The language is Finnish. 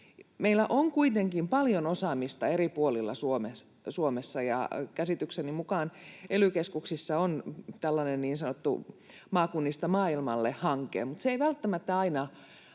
Meillä on kuitenkin paljon osaamista eri puolilla Suomessa, ja käsitykseni mukaan ely-keskuksissa on tällainen niin sanottu maakunnista maailmalle -hanke, mutta se ei välttämättä aina